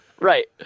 Right